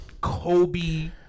Kobe